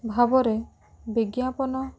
ଭାବରେ ବିଜ୍ଞାପନ